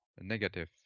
negative